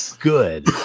good